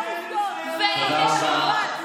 תלמדי עובדות, אלה לא עובדות.